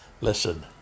Listen